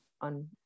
on